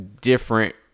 different